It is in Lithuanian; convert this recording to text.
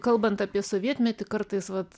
kalbant apie sovietmetį kartais vat